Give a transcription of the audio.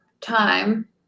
time